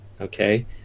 okay